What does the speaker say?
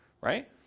right